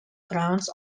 grounds